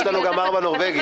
יש לנו גם ארבעה נורבגי,